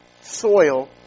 soil